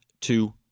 two